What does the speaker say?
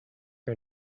her